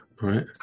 Right